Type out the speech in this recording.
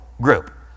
group